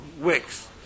wicks